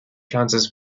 chances